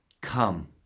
Come